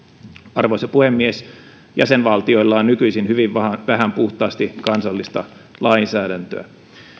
arvoisa puhemies jäsenvaltioilla on nykyisin hyvin vähän puhtaasti kansallista lainsäädäntöä